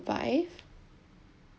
five